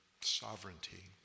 sovereignty